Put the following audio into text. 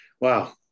Wow